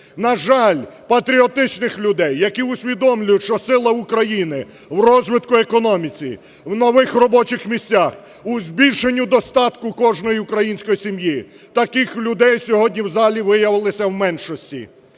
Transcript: На жаль, патріотичних людей, які усвідомлюють, що сила України в розвитку економіки, в нових робочих місцях, у збільшенні достатку кожної української сім'ї, таких людей сьогодні в залі виявилося в меншості.